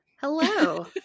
hello